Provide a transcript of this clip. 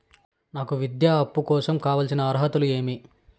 నాకు విద్యా అప్పు కోసం కావాల్సిన అర్హతలు ఏమి?